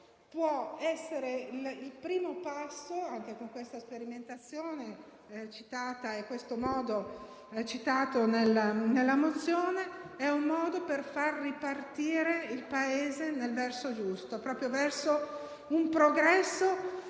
il primo passo, anche con questa sperimentazione e questo modo citato nella mozione. È un modo per far ripartire il Paese nel verso giusto, verso un progresso,